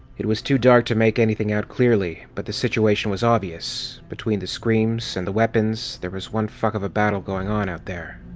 it was too dark to make anything out clearly, but the situation was obvious between the screams and the weapons, there was one fuck of a battle going on out there.